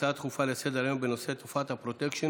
הצעה דחופה לסדר-היום בנושא: תופעת ה"פרוטקשן"